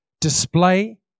Display